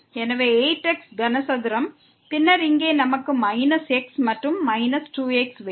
எனவே 8 x கனசதுரம் பின்னர் இங்கே நமக்கு மைனஸ் x மற்றும் மைனஸ் 2 x வேண்டும்